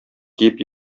киеп